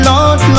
Lord